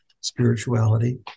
spirituality